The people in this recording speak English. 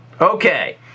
Okay